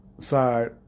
side